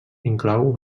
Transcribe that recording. inclou